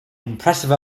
impressive